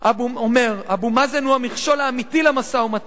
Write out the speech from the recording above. אומר: אבו מאזן הוא המכשול האמיתי למשא-ומתן.